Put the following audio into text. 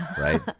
Right